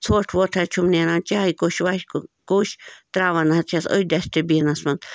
ژوٚٹھ ووٚٹھ حظ چھُم نیران چایہِ کوٚش وایہِ کوٚش تَراون حظ چھَس أتھۍ ڈشٹہٕ بِنس منٛز